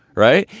right.